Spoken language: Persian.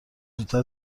زودتر